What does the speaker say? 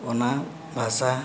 ᱚᱱᱟ ᱵᱷᱟᱥᱟ